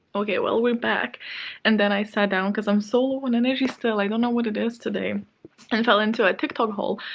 okay, well, we're back and then i sat down because i'm so low on energy still. i don't know what it is today and fell into a tiktok hole.